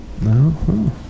No